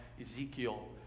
Ezekiel